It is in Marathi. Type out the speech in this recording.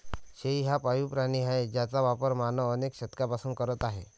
शेळी हा पाळीव प्राणी आहे ज्याचा वापर मानव अनेक शतकांपासून करत आहे